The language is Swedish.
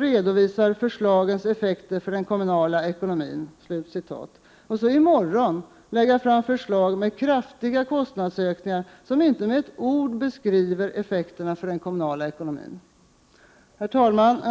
krävs att förslagens effekter för den kommunala ekonomin klart redovisas och i morgon lägga fram förslag som innebär kraftiga kostnadsökningar? I dessa förslag beskrivs inte med ett ord effekterna för den kommunala ekonomin. Herr talman!